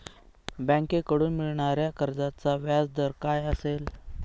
बँकेकडून मिळणाऱ्या कर्जाचा व्याजदर काय असेल?